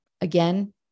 Again